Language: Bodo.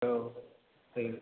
औ औ